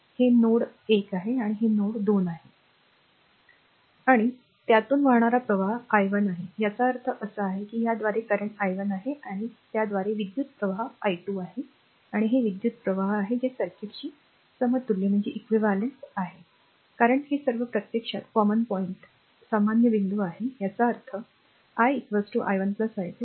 हे r node १ आहे आणि हे r नोड २ आहे आणि त्यातून वाहणारा प्रवाह आय 1 आहे याचा अर्थ असा आहे की याद्वारे करंट r i1 आहे आणि याद्वारे विद्युत् प्रवाह r i2 आहे आणि हे विद्युत् प्रवाह आहे जे सर्किटशी समतुल्य आहे जे काही आहे कारण हे सर्व प्रत्यक्षात common point सामान्य बिंदू आहे याचा अर्थ r i i1 i2